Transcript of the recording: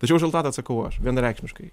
tačiau už rezultatą atsakau aš vienareikšmiškai